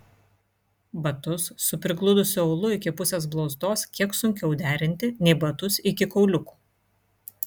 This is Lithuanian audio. batus su prigludusiu aulu iki pusės blauzdos kiek sunkiau derinti nei batus iki kauliukų